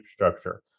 infrastructure